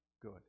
good